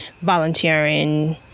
volunteering